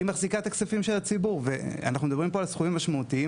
היא מחזיקה את הכספים של הציבור ואנחנו מדברים פה על סכומים משמעותיים,